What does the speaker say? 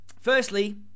Firstly